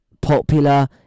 popular